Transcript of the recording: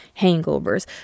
hangovers